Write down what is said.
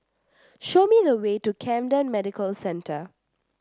show me the way to Camden Medical Centre